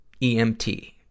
EMT